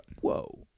Whoa